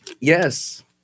Yes